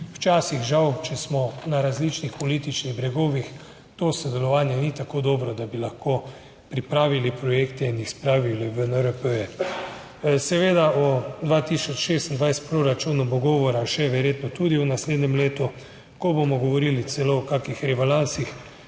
Včasih žal, če smo na različnih političnih bregovih, to sodelovanje ni tako dobro, da bi lahko pripravili projekte in jih spravili v NRP. Seveda o 2026 v proračunu bo govora še verjetno tudi v naslednjem letu, ko bomo govorili celo o kakšnih rebalansih,